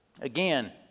Again